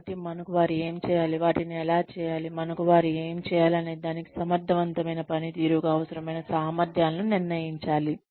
కాబట్టి మనకు వారు ఏమి చేయాలి వాటిని ఎలా చేయాలి మనకు వారు ఏమి చేయాలి అనే దానికి సమర్థవంతమైన పనితీరుకు అవసరమైన సామర్థ్యాలను నిర్ణయించాలి